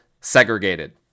segregated